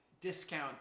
discount